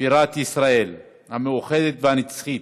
בירת ישראל המאוחדת והנצחית,